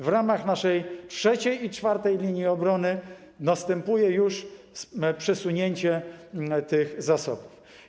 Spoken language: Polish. W ramach naszej trzeciej i czwartej linii obrony następuje już przesunięcie tych zasobów.